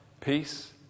Peace